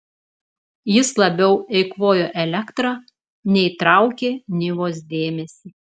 jis labiau eikvojo elektrą nei traukė nivos dėmesį